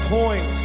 point